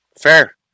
Fair